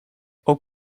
ook